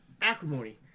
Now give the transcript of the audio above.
acrimony